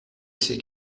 sais